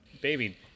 baby